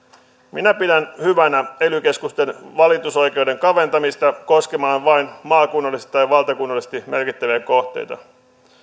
minä pidän hyvänä ely keskusten valitusoikeuden kaventamista koskemaan vain maakunnallisesti tai valtakunnallisesti merkittäviä kohteita